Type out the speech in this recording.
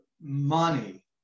money